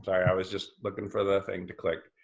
i was just looking for the thing to click.